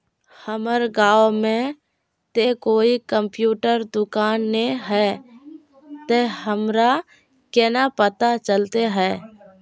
हमर गाँव में ते कोई कंप्यूटर दुकान ने है ते हमरा केना पता चलते है?